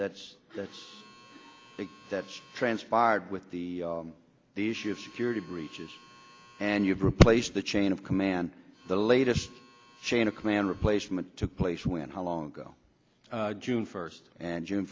that's that's that's transpired with the the issue of security breaches and you've replaced the chain of command the latest chain of command replacement took place when how long ago june first and june